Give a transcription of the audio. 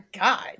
God